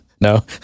No